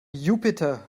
jupiter